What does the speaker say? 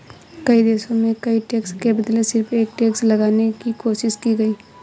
कई देशों में कई टैक्स के बदले सिर्फ एक टैक्स लगाने की कोशिश की गयी